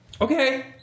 Okay